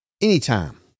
anytime